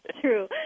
true